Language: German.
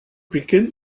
beginn